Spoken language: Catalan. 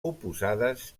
oposades